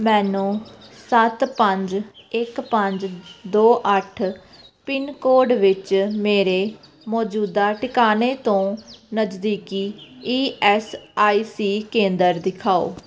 ਮੈਨੂੰ ਸੱਤ ਪੰਜ ਇੱਕ ਪੰਜ ਦੋ ਅੱਠ ਪਿਨਕੋਡ ਵਿੱਚ ਮੇਰੇ ਮੌਜੂਦਾ ਟਿਕਾਣੇ ਤੋਂ ਨਜ਼ਦੀਕੀ ਈ ਐਸ ਆਈ ਸੀ ਕੇਂਦਰ ਦਿਖਾਓ